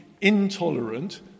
Intolerant